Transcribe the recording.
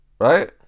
Right